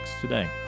today